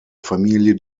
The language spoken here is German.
familie